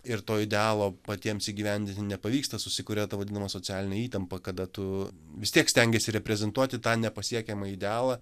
ir to idealo patiems įgyvendinti nepavyksta susikuria ta vadinama socialinė įtampa kada tu vis tiek stengiesi reprezentuoti tą nepasiekiamą idealą